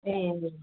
ए